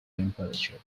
temperature